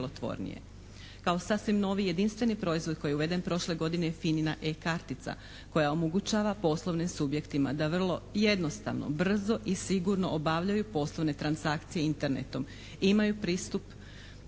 Kao sasvim noviji jedinstveni proizvod koji je uveden prošle godine je FINA-ina e-kartica koja omogućava poslovnim subjektima da vrlo jednostavno, brzo i sigurno obavljaju poslovne transakcije Internetom i imaju pristup